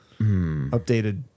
updated